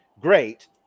great